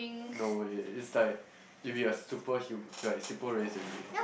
no way it's like if you are super hu~ you are super race already